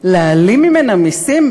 להעלים ממנה מסים?